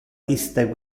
iste